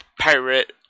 pirate